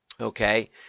Okay